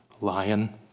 lion